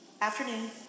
afternoon